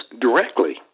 directly